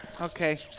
okay